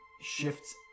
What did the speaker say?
shifts